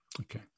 Okay